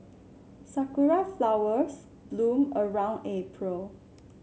sakura flowers bloom around April